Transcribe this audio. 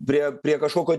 prie prie kažkokio